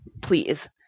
please